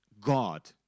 God